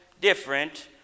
different